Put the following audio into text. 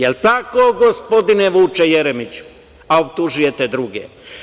Jel tako, gospodine Vuče Jeremiću, a optužujete druge?